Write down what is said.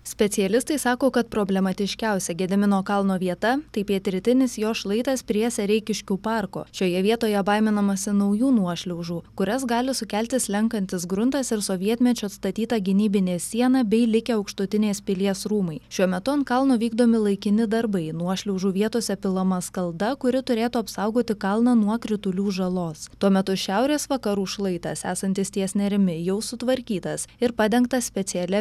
specialistai sako kad problematiškiausia gedimino kalno vieta tai pietrytinis jo šlaitas prie sereikiškių parko šioje vietoje baiminamasi naujų nuošliaužų kurias gali sukelti slenkantis gruntas ir sovietmečiu statyta gynybinė siena bei likę aukštutinės pilies rūmai šiuo metu ant kalno vykdomi laikini darbai nuošliaužų vietose pilama skalda kuri turėtų apsaugoti kalną nuo kritulių žalos tuo metu šiaurės vakarų šlaitas esantis ties nerimi jau sutvarkytas ir padengtas specialia